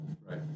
Right